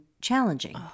challenging